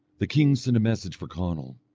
the king sent a message for conall,